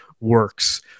works